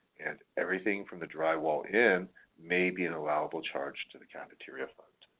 and everything from the drywall in may be an allowable charge to the cafeteria fund